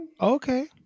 okay